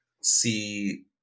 see